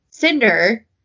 cinder